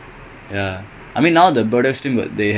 in terms of score value